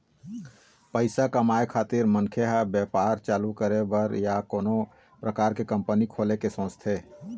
पइसा कमाए खातिर मनखे ह बेपार चालू करे बर या कोनो परकार के कंपनी खोले के सोचथे